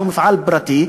שהוא מפעל פרטי,